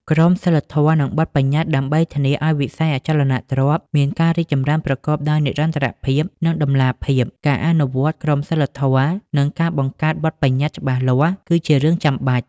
ក្រមសីលធម៌ និងបទប្បញ្ញត្តិដើម្បីធានាឲ្យវិស័យអចលនទ្រព្យមានការរីកចម្រើនប្រកបដោយនិរន្តរភាព និងតម្លាភាព ការអនុវត្ត ក្រមសីលធម៌ និងការបង្កើត បទប្បញ្ញត្តិ ច្បាស់លាស់ គឺជារឿងចាំបាច់។